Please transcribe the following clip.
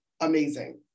amazing